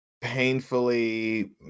painfully